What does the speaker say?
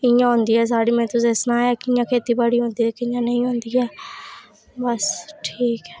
में सनाया कि'यां खेती बाड़ी होंदी ऐ कि'यां नेईं होंदी ऐ बस ठीक ऐ